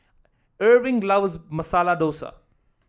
Irving loves Masala Dosa